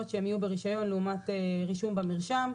שהן יהיו ברישיון לעומת רישום במרשם.